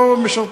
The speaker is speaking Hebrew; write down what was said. לא משרתות.